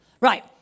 Right